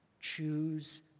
choose